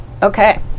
Okay